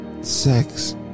Sex